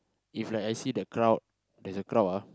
if like I see that crowd there's a crowd ah